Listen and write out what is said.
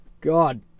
God